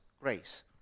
grace